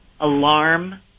alarm